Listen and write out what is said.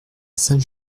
saint